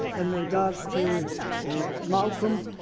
and regards to malcolm,